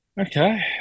okay